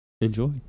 Enjoy